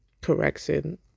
correction